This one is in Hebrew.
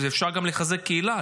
אפשר גם לחזק קהילה,